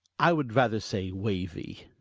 i should rather say wavy.